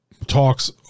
talks